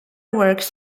works